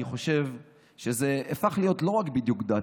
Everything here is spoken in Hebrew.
אני חושב שזה לא רק בדיוק דת,